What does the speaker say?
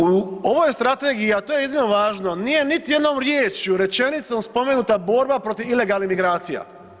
U ovoj strategiji, a to je iznimno važno, nije niti jednom riječju, rečenicom, spomenuta borba protiv ilegalnih migracija.